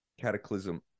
cataclysm